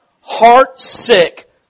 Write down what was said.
heart-sick